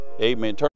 Amen